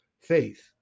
faith